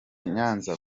nyanza